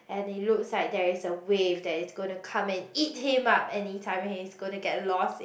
and it looks like there is a wave that is going to come and eat him up anytime and he's going to get lost in